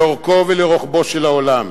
לאורכו ולרוחבו של העולם.